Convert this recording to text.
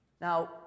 Now